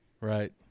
Right